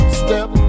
step